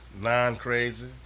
Non-crazy